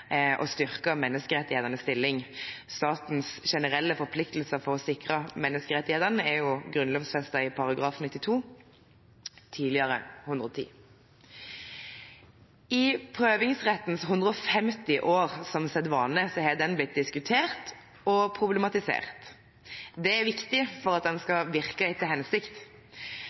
å styrke menneskerettighetenes stilling. Statens generelle forpliktelser for å sikre menneskerettighetene er grunnlovfestet i § 92, tidligere § 110. I prøvingsrettens 150 år som sedvane har den blitt diskutert og problematisert. Det er viktig for at den skal